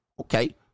okay